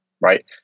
right